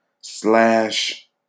slash